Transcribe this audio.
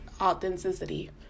authenticity